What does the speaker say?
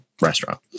restaurant